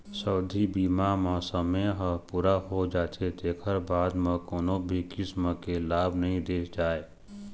सावधि बीमा म समे ह पूरा हो जाथे तेखर बाद म कोनो भी किसम के लाभ नइ दे जाए